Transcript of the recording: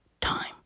time